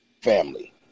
family